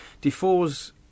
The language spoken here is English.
Defoe's